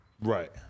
Right